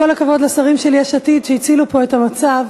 כל הכבוד לשרים של יש עתיד שהצילו פה את המצב.